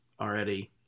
already